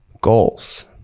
goals